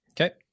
Okay